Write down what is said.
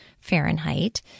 Fahrenheit